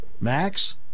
Max